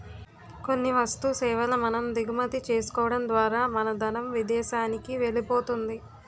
కొన్ని వస్తు సేవల మనం దిగుమతి చేసుకోవడం ద్వారా మన ధనం విదేశానికి వెళ్ళిపోతుంది